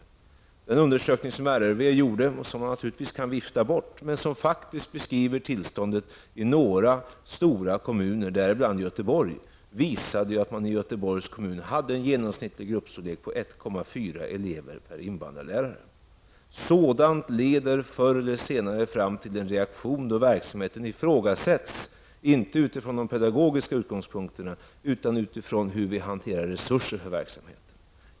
RRV har gjort en undersökning, som man naturligtvis i och för sig kan vifta bort, men som faktiskt beskriver tillståndet i några stora kommuner, däribland 1,4 elever per invandrarlärare. Sådant leder förr eller senare till en reaktion där verksamheten ifrågasätts -- inte från pedagogiska utgångspunkter utan utifrån hur vi hanterar resurserna för verksamheten.